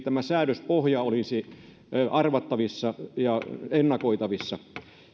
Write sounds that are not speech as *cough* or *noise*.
*unintelligible* tämä säädöspohja olisi arvattavissa ja ennakoitavissa